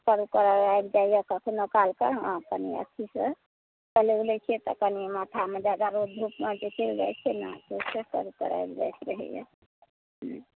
चक्कर उक्कर आबि जाइया कखनोकालके हॅं कनिये स्थिर सॅं चलै उलै छियै तऽ कनी माथा मे दरद धुप मे जे चलि जाइ छियै ने से चक्कर उक्कर आबि जाइत रहैए